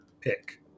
pick